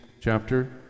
chapter